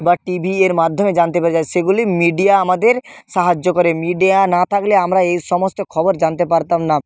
বা টিভি এর মাধ্যমে জানতে পেরে যাই সেগুলি মিডিয়া আমাদের সাহায্য করে মিডিয়া না থাকলে আমরা এই সমস্ত খবর জানতে পারতাম না